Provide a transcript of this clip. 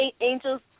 angel's